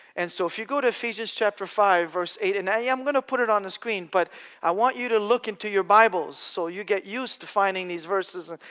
and so if you go to ephesians chapter five verse eight, and i'm going to put it on the screen, but i want you to look into your bibles so you get used to finding these verses,